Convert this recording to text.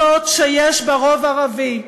זאת שיש בה רוב ערבי.